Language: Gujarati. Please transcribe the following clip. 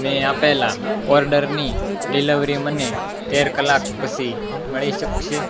મેં આપેલા ઓર્ડરની ડિલિવરી મને તેર કલાક પછી મળી શકશે